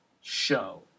show